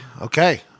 Okay